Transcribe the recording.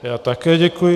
Já také děkuji.